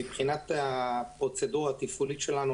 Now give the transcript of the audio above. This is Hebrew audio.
מבחינת הפרוצדורה התפעולית שלנו,